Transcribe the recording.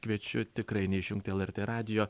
kviečiu tikrai neišjungti lrt radijo